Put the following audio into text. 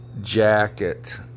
jacket